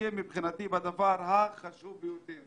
מבחינתי, אני רוצה לסכם בדבר החשוב ביותר.